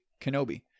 Kenobi